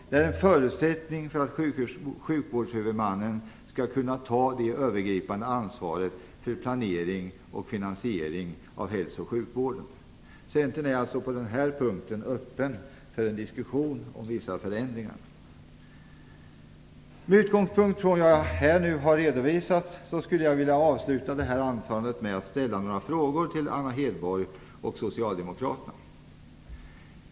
Det är en förutsättning för att sjukvårdshuvudmannen skall kunna ta det övergripande ansvaret för planering och finansiering av hälso och sjukvården. Centern är alltså på den punkten öppet för diskussion om vissa förändringar. Med utgångspunkt från det jag nu har redovisat skulle jag vilja ställa några frågor till Anna Hedborg och socialdemokraterna.